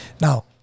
now